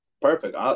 perfect